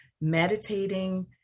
meditating